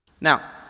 Now